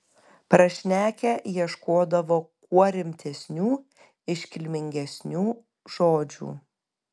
prašnekę ieškodavo kuo rimtesnių iškilmingesnių žodžių